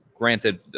Granted